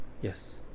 yes